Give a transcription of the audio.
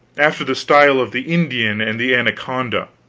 after the style of the indian and the anaconda.